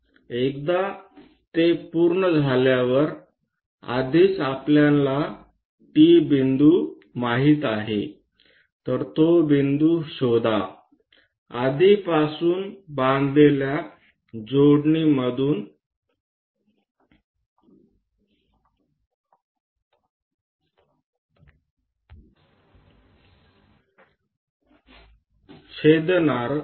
एकदा ते पूर्ण झाल्यावर आधीच आपल्याला T बिंदू माहित आहे तर तो बिंदू शोधा आधीपासून बांधलेल्या जोडणीमधून छेदनार आहे